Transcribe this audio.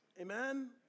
amen